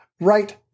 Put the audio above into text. right